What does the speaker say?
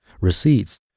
receipts